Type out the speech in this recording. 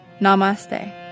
Namaste